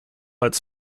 als